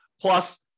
Plus